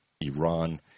Iran